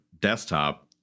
desktop